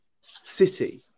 City